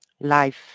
life